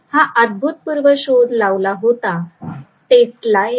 हा अभूतपूर्व शोध लावला होता टेस्ला यांनी